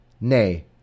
nay